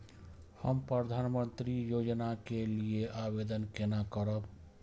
हम प्रधानमंत्री योजना के लिये आवेदन केना करब?